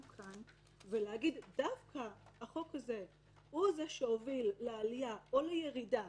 כאן ולהגיד דווקא שהחוק הזה הוא זה שהוביל לעלייה או לירידה